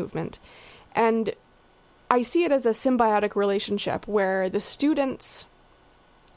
movement and i see it as a symbiotic relationship where the students